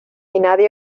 nadie